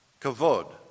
Kavod